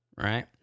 right